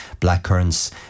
blackcurrants